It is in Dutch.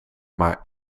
maar